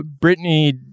Britney